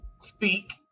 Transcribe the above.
speak